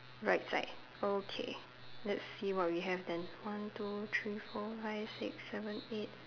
right side okay let's see what we have then one two three four five six seven eight